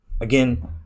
Again